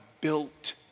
built